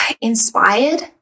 inspired